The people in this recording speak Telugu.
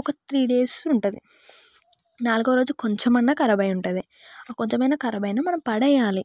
ఒక త్రీ డేస్ ఉంటుంది నాలుగవ రోజు కొంచమైన్నా కరాబ్ అయి ఉంటది కొంచెమైన్నా కరాబ్ అయినా మనం పడేయాలి